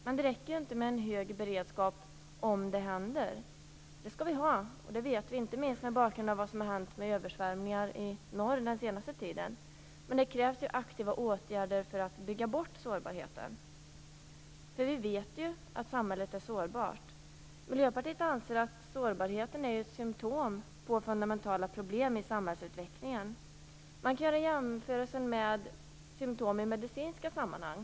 Men det räcker inte med en hög beredskap om något händer. Hög beredskap skall vi ha, inte minst mot bakgrund av de översvämningar som inträffat i norr under den senaste tiden. Men det krävs aktiva åtgärder för att bygga bort sårbarheten. Vi vet ju att samhället är sårbart. Miljöpartiet anser att sårbarheten är ett symtom på fundamentala problem i samhällsutvecklingen. Man kan göra en jämförelse med symtom i medicinska sammanhang.